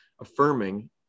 affirming